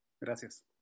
Gracias